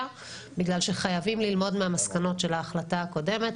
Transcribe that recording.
בגלל שחייבים ללמוד מהמסקנות של ההחלטה הקודמת,